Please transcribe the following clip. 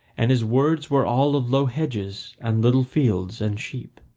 and his words were all of low hedges and little fields and sheep.